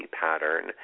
pattern